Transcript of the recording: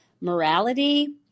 morality